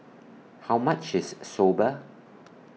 How much IS Soba